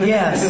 Yes